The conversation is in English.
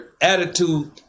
Attitude